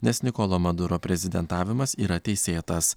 nes nikolo maduro prezidentavimas yra teisėtas